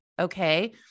Okay